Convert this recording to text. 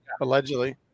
Allegedly